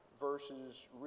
verses